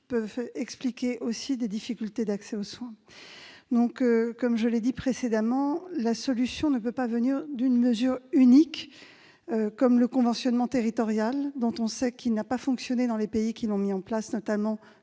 également expliquer une part des difficultés d'accès aux soins. Comme je l'ai indiqué précédemment, la solution ne peut pas venir d'une mesure unique- je pense au conventionnement territorial dont on sait qu'il n'a pas fonctionné dans les pays qui l'ont mis en oeuvre, notamment